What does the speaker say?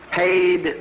paid